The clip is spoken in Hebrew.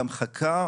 גם חכה,